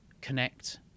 connect